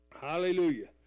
Hallelujah